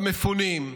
למפונים,